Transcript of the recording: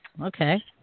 Okay